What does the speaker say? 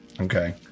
Okay